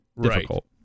difficult